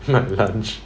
but lunch